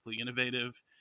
innovative